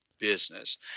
business